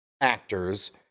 actors